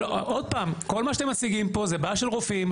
כל מה שאתם משיגים פה זה בעיה של רופאים,